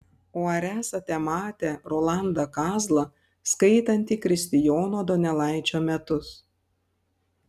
o ar esate matę rolandą kazlą skaitantį kristijono donelaičio metus